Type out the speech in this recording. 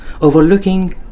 overlooking